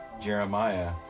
Jeremiah